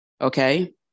okay